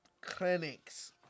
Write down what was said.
clinics